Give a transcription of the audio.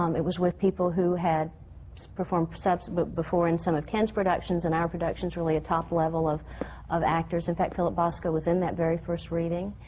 um it was with people who had performed but before in some of ken's productions and our productions, really a top level of of actors. in fact, philip bosco was in that very first reading.